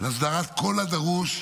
להסדרת כל הדרוש,